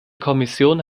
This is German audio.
kommission